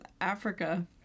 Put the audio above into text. africa